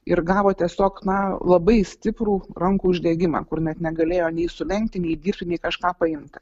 ir gavo tiesiog na labai stiprų rankų uždegimą kur net negalėjo nei sulenkti nei dirbti kažką paimti